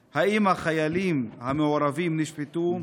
4. האם החיילים המעורבים נשפטו?